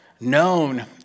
known